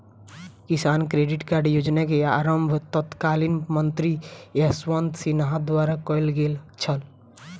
किसान credit card योजना के आरम्भ तत्कालीन मंत्री यशवंत सिन्हा द्वारा कयल गेल छल